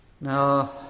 Now